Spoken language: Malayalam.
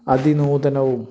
അതിനൂതനവും